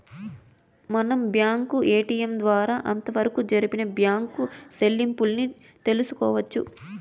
మనం bank ATM ద్వారా అంతవరకు జరిపిన బ్యాంకు సెల్లింపుల్ని తెలుసుకోవచ్చు